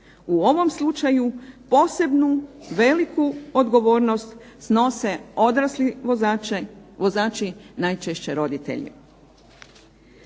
U ovom slučaju posebnu veliku odgovornost snose odrasli vozači najčešće roditelji.